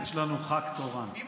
יש לנו ח"כ תורן, יש ח"כ תורן.